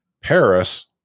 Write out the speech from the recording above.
Paris